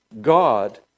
God